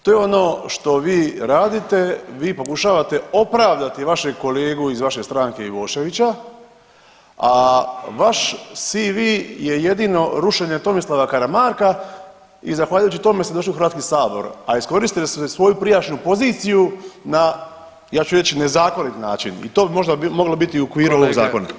To je ono što vi radite, vi pokušavate opravdati vašeg kolegu iz vaše stranke Ivoševića, a vaš CV je jedino rušenje Tomislava Karamarka i zahvaljujući tome ste došli u HS, a iskoristili ste svoju prijašnju poziciju na, ja ću reći, nezakonit način i to bi možda moglo biti u okviru ovog Zakona.